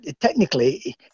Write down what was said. technically